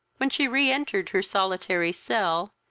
when she re-entered her solitary cell,